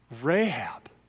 Rahab